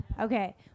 Okay